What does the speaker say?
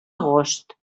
agost